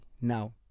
Now